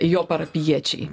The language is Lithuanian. jo parapijiečiai